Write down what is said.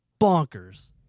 bonkers